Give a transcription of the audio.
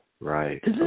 Right